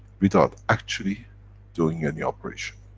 without actually doing any operation?